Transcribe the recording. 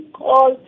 call